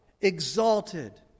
exalted